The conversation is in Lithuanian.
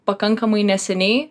pakankamai neseniai